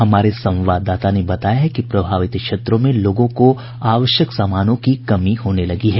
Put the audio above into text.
हमारे संवाददाता ने बताया है कि प्रभावित क्षेत्रों में लोगों को आवश्यक सामानों की कमी होने लगी है